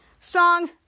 Song